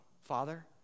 Father